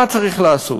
מה צריך לעשות?